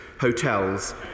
hotels